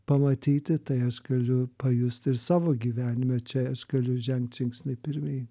pamatyti tai aš galiu pajusti ir savo gyvenime čia aš galiu žengt žingsnį pirmyn